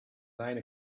nine